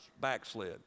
backslid